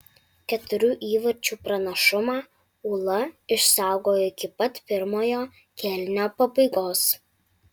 keturių įvarčių pranašumą ūla išsaugojo iki pat pirmojo kėlinio pabaigos